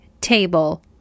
table